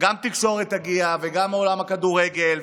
גם תקשורת תגיע וגם עולם הכדורגל,